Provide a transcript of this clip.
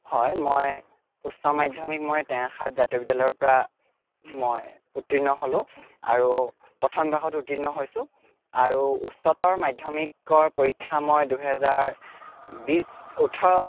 হয় মই উচ্চ মাধ্যমিক মই টেঙাখাত জাতীয় বিদ্যালয়ৰ পৰা মই উত্তীৰ্ণ হ'লো আৰু প্ৰথম বিভাগত উত্তীৰ্ণ হৈছোঁ আৰু উচ্চতৰ মাধ্যমিকৰ পৰীক্ষা মই দুহেজাৰ বিশ ওঠৰ